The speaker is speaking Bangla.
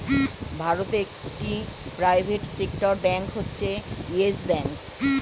ভারতে একটি প্রাইভেট সেক্টর ব্যাঙ্ক হচ্ছে ইয়েস ব্যাঙ্ক